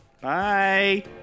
Bye